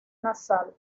nasal